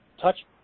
touch